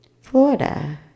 Florida